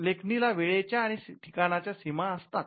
लेखणीला वेळेच्या आणि ठिकाणाच्या सीमा असतात